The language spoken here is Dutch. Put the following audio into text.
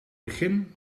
begin